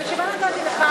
בשביל מה נתתי לך,